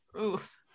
Oof